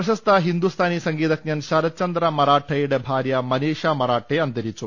പ്രശസ്ത ഹിന്ദുസ്ഥാനി സംഗീതജ്ഞൻ ശരത് ചന്ദ്ര മറാഠെ യുടെ ഭാര്യ മനീഷ മറാഠെ അന്തരിച്ചു